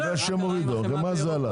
בגלל שהם הורידו, אז בחמאה זה עלה.